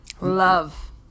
Love